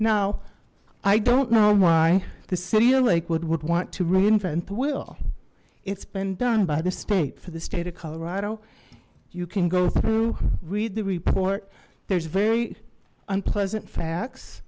now i don't know why the city of lakewood would want to reinvent the will it's been done by the state for the state of colorado you can go through read the report there's very unpleasant facts